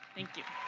thank you.